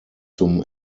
zum